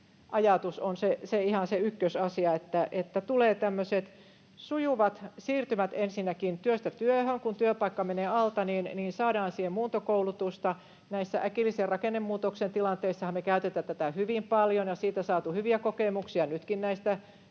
ajatus on ihan se ykkösasia, että tulee tämmöiset sujuvat siirtymät ensinnäkin työstä työhön: kun työpaikka menee alta, niin saadaan siihen muuntokoulutusta. Näissä äkillisen rakennemuutoksen tilanteissahan me käytetään tätä hyvin paljon, ja siitä on saatu hyviä kokemuksia. Nytkin näissä käynnissä